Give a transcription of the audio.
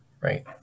right